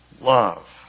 love